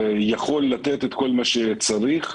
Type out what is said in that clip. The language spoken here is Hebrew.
יכול לתת את כל מה שצריך.